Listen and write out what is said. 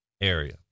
area